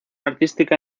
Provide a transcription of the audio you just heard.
artística